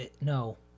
no